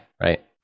right